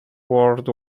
world